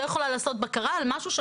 לא יכולה לעשות בקרה על משהו,